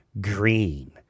green